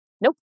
nope